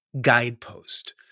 guidepost